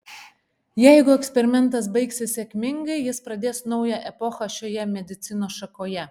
jeigu eksperimentas baigsis sėkmingai jis pradės naują epochą šioje medicinos šakoje